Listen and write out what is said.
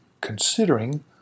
considering